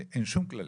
אין שום כללים.